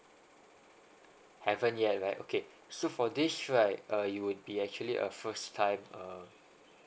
haven't yet like yeah okay so for this right uh you would be actually a first time uh